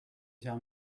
tell